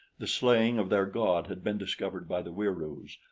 the slaying of their god had been discovered by the wieroos.